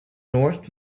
north